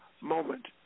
moment